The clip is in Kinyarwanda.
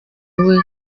wawe